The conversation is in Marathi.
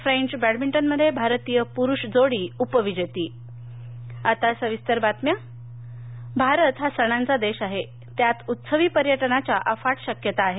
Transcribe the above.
फ्रेंच बॅडमिंटनमध्ये भारतीय प्रूष जोडी उपविजेती मन की बात भारत सणांचा देश आहे त्यात उत्सवी पर्यटनाच्या अफाट शक्यता आहेत